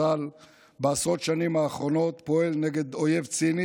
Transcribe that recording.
צה"ל בעשרות השנים האחרונות פועל נגד אויב ציני